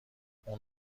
اون